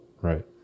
Right